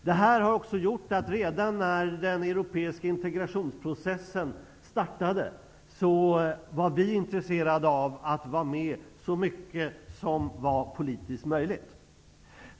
Detta har medfört att vi, redan när den europeiska integrationsprocessen startade, var intresserade av att vara med så mycket som det var politiskt möjligt.